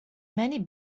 many